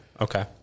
Okay